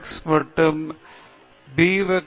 எனவே இது beta hat 11 beta hat 22